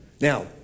Now